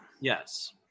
Yes